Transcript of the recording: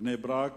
בני-ברק